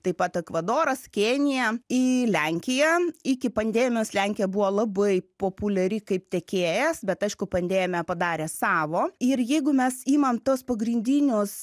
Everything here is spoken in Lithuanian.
taip pat ekvadoras kenija į lenkiją iki pandemijos lenkija buvo labai populiari kaip tiekėjas bet aišku pandemija padarė savo ir jeigu mes imam tuos pagrindinius